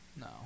No